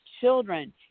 children